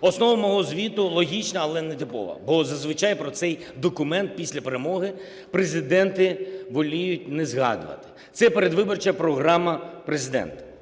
Основа мого звіту логічна, але не типова, бо зазвичай про цей документ після перемоги президенти воліють не згадувати – це передвиборча програма Президента.